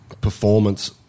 performance